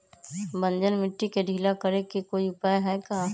बंजर मिट्टी के ढीला करेके कोई उपाय है का?